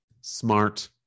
smart